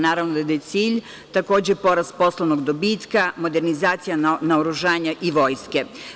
Naravno da je cilj takođe porast poslovnog dobitka, modernizacija naoružanja i Vojske.